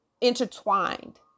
intertwined